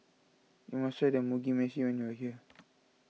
you must try the Mugi Meshi when you are here